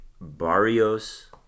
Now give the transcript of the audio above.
Barrios